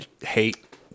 hate